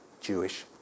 Jewish